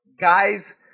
guys